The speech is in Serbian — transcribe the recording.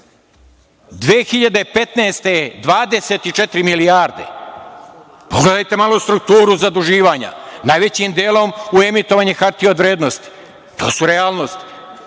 2015. je 24 milijarde. Pogledajte malo strukturu zaduživanja, najvećim delom u emitovanje hartija od vrednosti. Kako se može